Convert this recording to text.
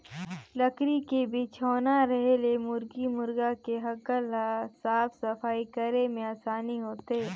लकरी के बिछौना रहें ले मुरगी मुरगा के हगल ल साफ सफई करे में आसानी होथे